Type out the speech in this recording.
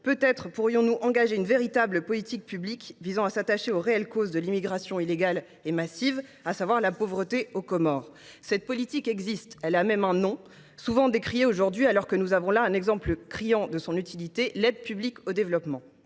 peut être pourrions nous engager une véritable politique publique visant à s’attaquer aux réelles causes de l’immigration illégale et massive : la pauvreté aux Comores. Cette politique existe. Elle a même un nom, souvent décrié aujourd’hui, alors que nous avons là un exemple patent de son utilité : l’aide publique au développement.